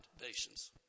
Nations